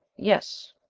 yes.